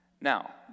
Now